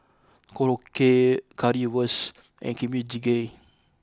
Korokke Currywurst and Kimchi jjigae